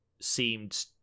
seemed